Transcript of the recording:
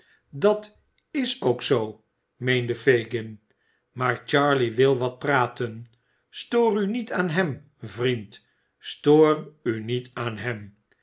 dat is ook zoo meende fagin maar charley wil wat praten stoor u niet aan hem vriend stoor u niet aan hem